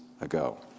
ago